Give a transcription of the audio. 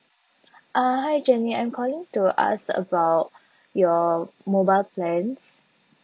uh hi jenny I'm calling to ask about your mobile plans